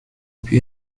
کپی